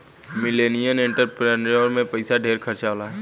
millennial entrepreneur में पइसा ढेर खर्चा होला